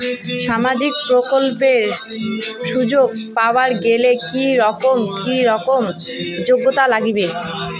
সামাজিক প্রকল্পের সুযোগ পাবার গেলে কি রকম কি রকম যোগ্যতা লাগিবে?